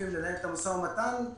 זה המקום שבו אנחנו נושמים,